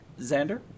Xander